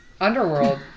underworld